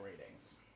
ratings